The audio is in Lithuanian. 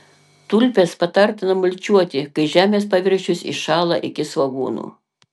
tulpes patartina mulčiuoti kai žemės paviršius įšąla iki svogūnų